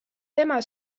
tema